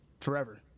forever